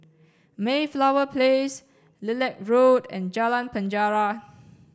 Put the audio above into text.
Mayflower Place Lilac Road and Jalan Penjara